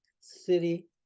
city